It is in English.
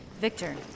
Victor